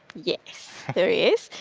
yes there is.